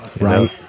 Right